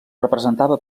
representava